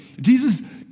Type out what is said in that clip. Jesus